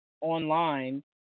online